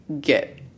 get